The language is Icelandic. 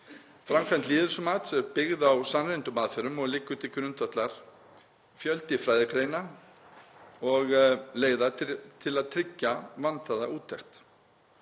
Framkvæmd lýðheilsumats er byggð á sannreyndum aðferðum og liggur til grundvallar fjöldi fræðigreina og leiða til að tryggja vandaða úttekt.